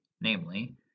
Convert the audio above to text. namely